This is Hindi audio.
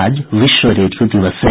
आज विश्व रेडियो दिवस है